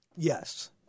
Yes